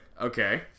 Okay